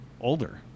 older